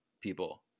people